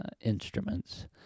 instruments